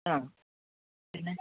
ആ പിന്നെ